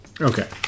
Okay